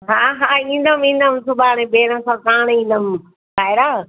हा हा ईंदमि ईंदमि सुभाणे भेण सां साणि ईंदमि ॿाहिरां